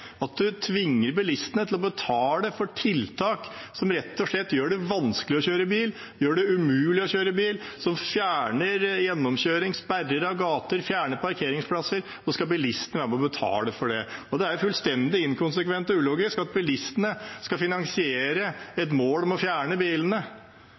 bilistene til å betale for tiltak som rett og slett gjør det vanskelig å kjøre bil, gjør det umulig å kjøre bil, som fjerner gjennomkjøring, sperrer av gater og fjerner parkeringsplasser – og det skal bilistene være med på å betale for. Det er fullstendig inkonsekvent og ulogisk at bilistene skal